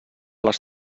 les